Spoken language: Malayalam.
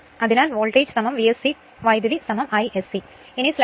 അതിനാൽ voltage V s c current Isc